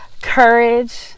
courage